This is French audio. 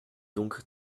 donc